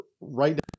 Right